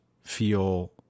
feel